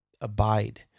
abide